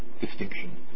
distinction